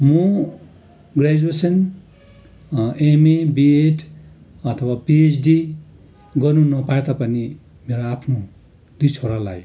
म graduation MA BEd अथवा PhD गर्नु नपाए तापनि मेरा आफ्नो दुई छोरालाई